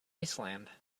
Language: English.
iceland